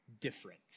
different